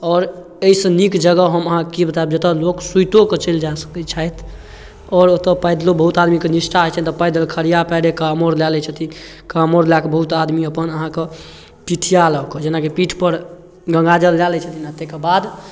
आओर एहिसँ नीक जगह हम अहाँके कि बताएब जतऽ लोक सुतिओकऽ चलि जा सकै छथि आओर ओतऽ पैदलो बहुत आदमीके निष्ठा होइ छनि तऽ पैदल खलिआ पएरे कामरु लऽ लै छथिन कामरु लऽ कऽ बहुत आदमी अपन अहाँके पिठिआ लऽ कऽ जेना कि पीठपर गङ्गाजल लैलए छथिन आओर ताहिके बाद